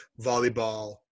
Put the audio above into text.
volleyball